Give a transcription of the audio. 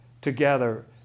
together